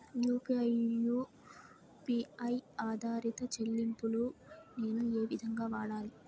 UPI U P I ఆధారిత చెల్లింపులు నేను ఏ విధంగా వాడాలి?